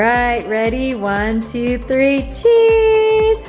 right, ready, one, two, three, cheese!